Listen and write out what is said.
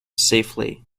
safely